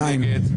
מי נגד?